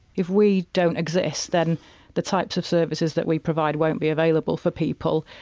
if we don't exist then the types of services that we provide won't be available for people.